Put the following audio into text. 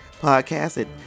podcast